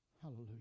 hallelujah